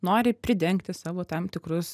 nori pridengti savo tam tikrus